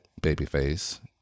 Babyface